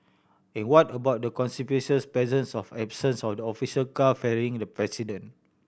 and what about the conspicuous presence of absence of the official car ferrying the president